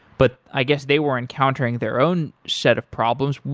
but i guess they were encountering their own set of problems.